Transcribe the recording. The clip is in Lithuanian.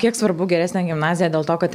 kiek svarbu geresnę gimnaziją dėl to kad